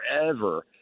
forever